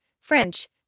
French